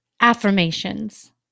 affirmations